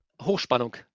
Hochspannung